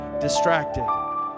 distracted